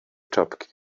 czapki